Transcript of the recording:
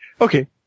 Okay